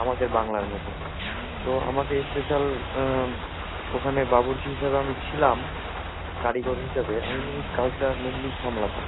আমাদের বাংলার মতো তো আমাকে স্পেশাল ওখানে বাবুর্চি হিসাবে আমি ছিলাম কারিগর হিসাবেবে আমি ওই কাজটা মেনলি সামলাতাম